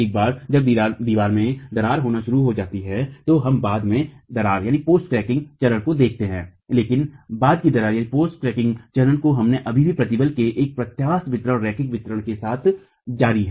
एक बार जब दीवार में दरार होना शुरू हो जाती है तो हम बाद की दरार चरण को देख रहे हैं लेकिन बाद की दरार चरण में हम अभी भी प्रतिबल के एक प्रत्यास्थ वितरण रैखिक वितरण के साथ जारी हैं